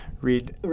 read